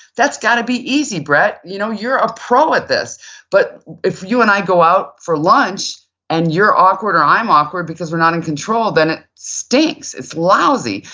that's got to be easy, brett. you know you're a pro at this but if you and i go out for lunch and you're awkward or i'm awkward because we're not in control, then it stinks. it's lousy.